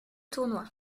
tournoi